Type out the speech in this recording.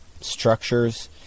structures